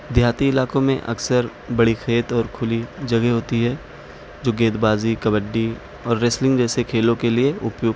دیہاتی علاقوں میں اکثر بڑی کھیت اور کھلی جگہ ہوتی ہے جو گیند بازی کبڈی اور ریسلنگ جیسے کھیلوں کے لیے اپیکت